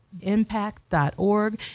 impact.org